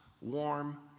warm